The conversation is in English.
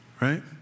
Right